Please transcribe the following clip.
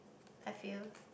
I feel